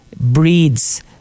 breeds